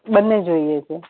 બંને જોઈએ છે